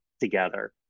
together